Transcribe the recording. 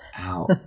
ow